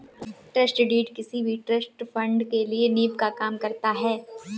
trust deed किसी भी trust fund के लिए नीव का काम करता है